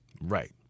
right